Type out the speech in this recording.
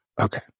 Okay